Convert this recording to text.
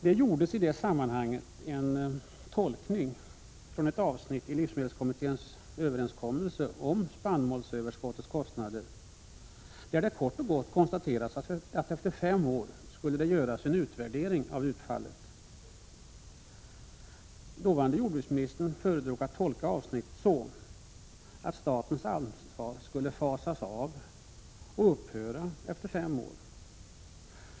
Det gjordes i det sammanhanget en tolkning av ett avsnitt i livsmedelskommitténs överenskommelse om spannmålsöverskottets kostnader, där det kort och gott konstaterades att det efter fem år skulle göras en utvärdering av utfallet. Den dåvarande jordbruksministern föredrog att tolka avsnittet så att statens ansvar skulle avfasas och upphöra efter fem år.